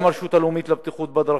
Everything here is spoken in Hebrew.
גם הרשות הלאומית לבטיחות בדרכים,